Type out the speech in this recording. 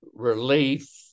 relief